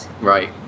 Right